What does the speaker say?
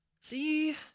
See